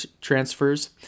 transfers